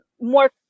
more